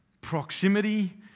Proximity